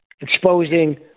exposing